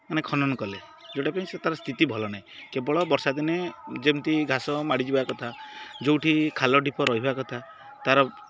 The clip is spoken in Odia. ମାନେ ଖନନ କଲେ ଯେଉଁଟା ପାଇଁ ସେ ତାର ସ୍ଥିତି ଭଲ ନାହିଁ କେବଳ ବର୍ଷା ଦିନେ ଯେମିତି ଘାସ ମାଡ଼ିଯିବା କଥା ଯେଉଁଠି ଖାଲ ଢିପ ରହିବା କଥା ତାର